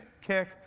kick